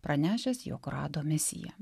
pranešęs jog rado misiją